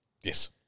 Yes